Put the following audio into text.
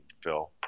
Phil